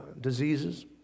diseases